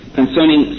concerning